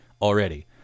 already